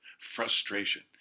frustration